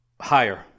higher